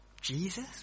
Jesus